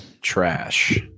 trash